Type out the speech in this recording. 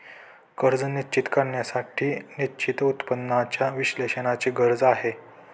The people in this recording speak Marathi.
कर्ज निश्चित करण्यासाठी निश्चित उत्पन्नाच्या विश्लेषणाची गरज आहे